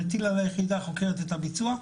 מטיל על היחידה החוקרת את הביצוע,